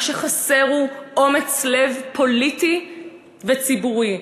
מה שחסר הוא אומץ לב פוליטי וציבורי.